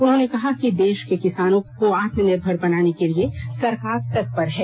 उन्होंने कहा कि देश के किसानों को आत्मनिर्भर बनाने के लिए सरकार तत्पर है